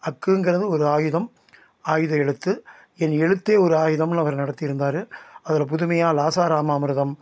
ஃ ங்கிறது ஒரு ஆயுதம் ஆயுத எழுத்து என் எழுத்தே ஒரு ஆயுதம்னு அவர் நடத்தி இருந்தார் அதில் புதுமையாக லா ச இராமாமிருதம்